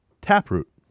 Taproot